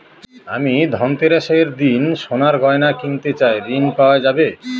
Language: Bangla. আমি ধনতেরাসের দিন সোনার গয়না কিনতে চাই ঝণ পাওয়া যাবে?